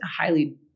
highly